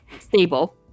stable